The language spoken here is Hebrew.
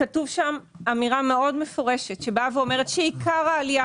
כתובה אמירה מפורשת מאוד שאומרת שעיקר העלייה